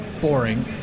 boring